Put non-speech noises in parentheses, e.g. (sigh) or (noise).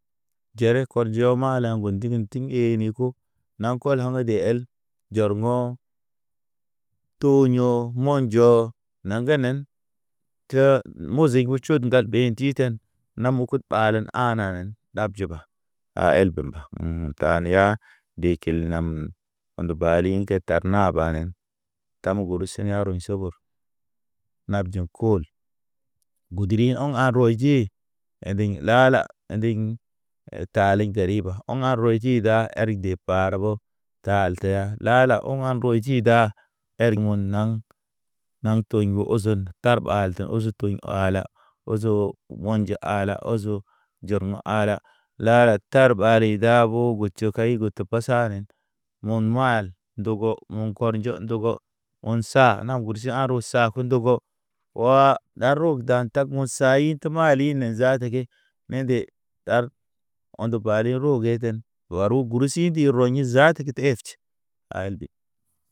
Jere kɔr jo mala gun ɗigenti, eeni ko, naŋ kolo̰ ge de el. Jɔr ŋo̰ to ɲiyo mo̰ njɔ naŋ nen, tə moziŋ mo tʃut ŋgal ɓe titen. Na mukut ɓalen ananen, ɗab juba, a el ba mba. (hesitation) Tane ya de kil nam, o̰ de baliŋ ke tar naba nen. Ta mu guru siɲa rɔɲ subur. Nab jin kol, guduriŋ o̰ a rɔy je ḛndiŋ la- la, ḛndiŋ. Taliŋ geriba o̰ a rɔy ji da erig de bar bo. Ta al teya la- la o̰ŋ an rɔy ji da, erg un naŋ. Naŋ toɲ ge ozon tar ɓal tə uzu tuɲ ɔla. Ozo wan ji ala ozo jir no̰ ala, la- lat. Tar ɓali da bo tʃə kay got pa sa nen. Mun maal ndogɔ mo̰ kɔrjɔ ndogɔ, un sa na gursi an ro sa ke ndogo, waa na rog dan tag musaɲit ma haline zaata ke. Mede ɗar, o̰ de bali ro ge ten. Baru gursi di rɔɲi zaata ke te eftʃe, a el be.